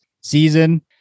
season